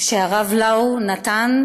שהרב לאו נתן,